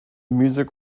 music